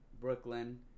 Brooklyn